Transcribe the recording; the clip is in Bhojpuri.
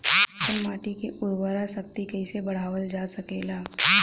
आपन माटी क उर्वरा शक्ति कइसे बढ़ावल जा सकेला?